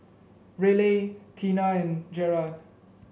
Raleigh Tina and Gerard